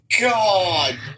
god